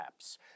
apps